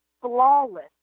flawless